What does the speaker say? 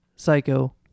Psycho